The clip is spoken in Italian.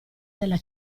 della